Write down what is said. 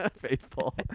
faithful